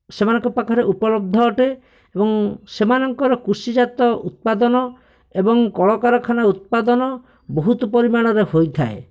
ସେମାନଙ୍କ ପାଖରେ ଉପଲବ୍ଧ ଅଟେ ଏବଂ ସେମାନଙ୍କର କୃଷିଜାତ ଉତ୍ପାଦନ ଏବଂ କଳକାରଖାନା ଉତ୍ପାଦନ ବହୁତ ପରିମାଣରେ ହୋଇଥାଏ